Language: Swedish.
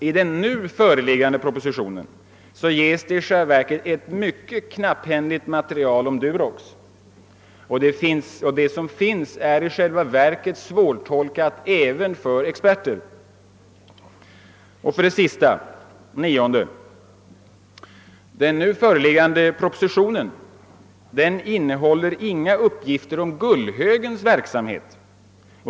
I den föreliggande propositionen ges i själva verket ett mycket knapphändigt material om Durox — det som finns är svårtolkat även för experter. 9. Propositionen innehåller inga uppgifter om Gullhögens verksamhet.